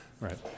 right